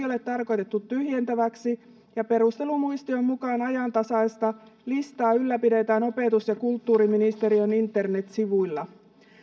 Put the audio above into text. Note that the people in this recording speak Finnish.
ole tarkoitettu tyhjentäväksi ja perustelumuistion mukaan ajantasaista listaa ylläpidetään opetus ja kulttuuriministeriön internetsivuilla